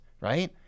right